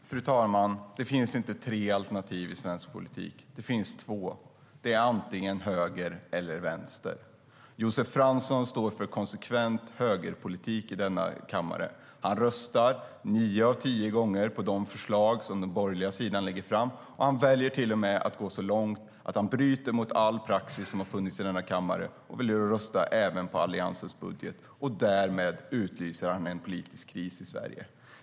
Fru talman! Det finns inte tre alternativ i svensk politik. Det finns två, antingen höger eller vänster. Josef Fransson står för en konsekvent högerpolitik i denna kammare. Han röstar nio av tio gånger på de förslag som den borgerliga sidan lägger fram. Han väljer till och med att gå så långt att han bryter mot all praxis som har funnits i denna kammare och röstar även på Alliansens budget. Därmed utlöser han en politisk kris i Sverige.